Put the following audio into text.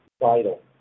vital